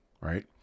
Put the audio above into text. right